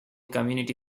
community